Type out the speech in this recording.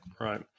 right